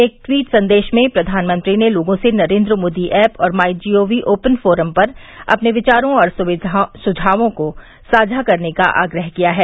एक ट्वीट संदेश में प्रधानमंत्री ने लोगों से नरेन्द्र मोदी ऐप और my G O V open forum पर अपने विचारों और सुझावों को साझा करने का आग्रह किया है